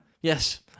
Yes